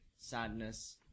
sadness